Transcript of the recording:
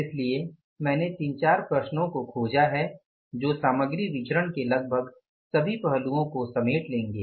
इसलिए मैंने 3 4 प्रश्नओं को खोजा है जो सामग्री विचरण के लगभग सभी पहलुओं को समेट लेंगे